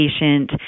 patient